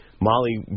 Molly